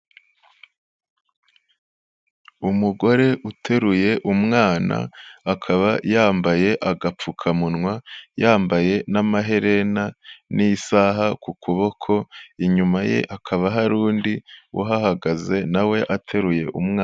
Umugore uteruye umwana, akaba yambaye agapfukamunwa, yambaye n'amaherena n'isaha ku kuboko, inyuma ye hakaba hari undi uhahagaze nawe ateruye umwana.